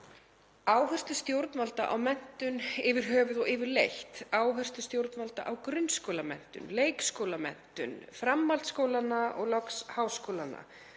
áherslu stjórnvalda á menntun yfir höfuð og yfirleitt, áherslu stjórnvalda á grunnskólamenntun, leikskólamenntun, framhaldsskólana og loks háskólana